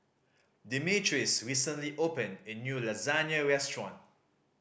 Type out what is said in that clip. Demetrios recently opened a new Lasagne Restaurant